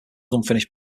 unfinished